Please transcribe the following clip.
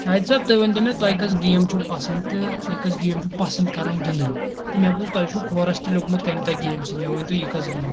شاہِد صٲب تُہۍ ؤنۍ تَو مےٚ تۄہہِ کُس گیم چھُو پسنٛد تہٕ تُہۍ کٔژ گیم چھُو پسنٛد کران گِنٛدٕنۍ تہٕ مےٚ بوٗز تۄہہِ چھُو کھورس تہِ لوٚگمُت کمہِ تۄہہِ گیمہِ سۭتۍ مےٚ ؤنۍ تو یہِ کُس گیم